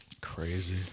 Crazy